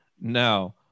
Now